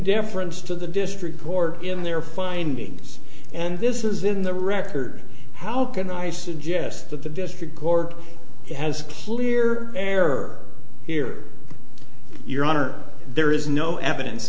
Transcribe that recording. deference to the district court in their findings and this is in the record how can i suggest that the district court has a clear error here your honor there is no evidence